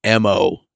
MO